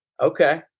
Okay